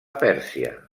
pèrsia